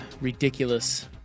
ridiculous